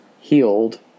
healed